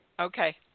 Okay